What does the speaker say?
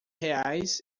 reais